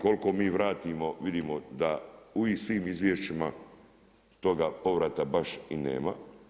Koliko mi vratimo vidimo da u svim izvješćima toga povrata baš i nema.